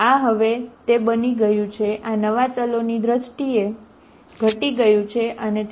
આ હવે આ છે તે આ બની ગયું છે આ નવા ચલોની દ્રષ્ટિએ ઘટી ગયું છે અને બરાબર